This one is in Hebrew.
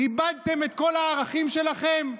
איבדתם את כל הערכים שלכם?